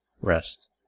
rest